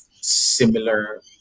similar